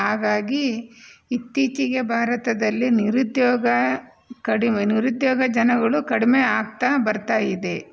ಹಾಗಾಗಿ ಇತ್ತೀಚಿಗೆ ಭಾರತದಲ್ಲಿ ನಿರುದ್ಯೋಗ ಕಡಿಮೆ ನಿರುದ್ಯೋಗ ಜನಗಳು ಕಡಿಮೆ ಆಗ್ತಾ ಬರ್ತಾಯಿದೆ